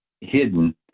hidden